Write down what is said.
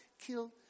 kill